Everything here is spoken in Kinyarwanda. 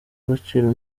agaciro